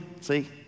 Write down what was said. See